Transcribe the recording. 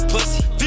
Pussy